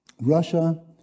Russia